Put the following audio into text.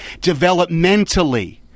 developmentally